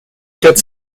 quatre